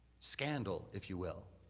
scandal, if you will.